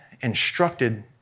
instructed